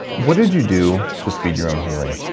what did you do to speed your own healing?